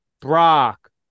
Brock